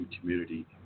community